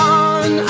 on